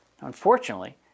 Unfortunately